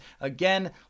Again